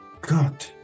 god